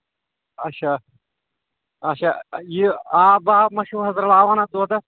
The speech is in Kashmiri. اچھا اچھا یہِ آب واب مہ چھِو حظ رَلاوان اَتھ دۄدَس